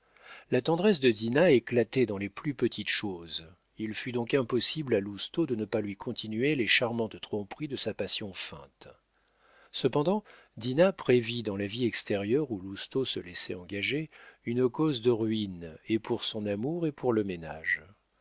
la tendresse de dinah éclatait dans les plus petites choses il fut donc impossible à lousteau de ne pas lui continuer les charmantes tromperies de sa passion feinte cependant dinah prévit dans la vie extérieure où lousteau se laissait engager une cause de ruine et pour son amour et pour le ménage